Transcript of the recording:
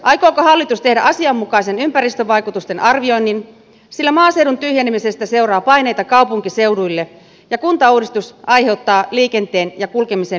aikooko hallitus tehdä asianmukaisen ympäristövaikutusten arvioinnin sillä maaseudun tyhjenemisestä seuraa paineita kaupunkiseuduille ja kuntauudistus aiheuttaa liikenteen ja kulkemisen lisääntymistä teille